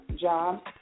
job